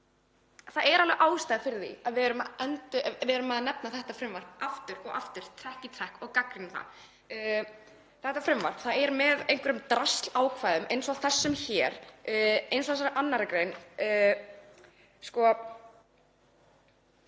það er alveg ástæða fyrir því að við erum að nefna þetta frumvarp aftur og aftur, trekk í trekk, og gagnrýna það. Þetta frumvarp er með einhverjum draslákvæðum eins og þessari 2. gr. Þetta hljómar eins og